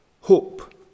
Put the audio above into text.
hope